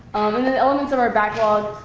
and then elements of our backlog